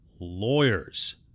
lawyers